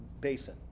basin